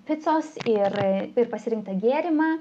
picos ir ir pasirinktą gėrimą